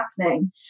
happening